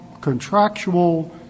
contractual